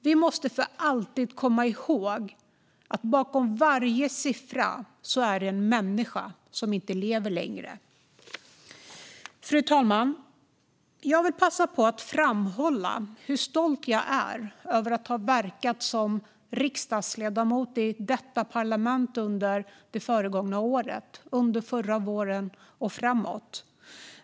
Vi måste för alltid komma ihåg att bakom varje siffra finns en människa som inte lever längre. Fru talman! Jag vill passa på att framhålla hur stolt jag är över att ha verkat som riksdagsledamot i detta parlament under det gångna året, under förra våren och framåt.